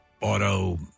auto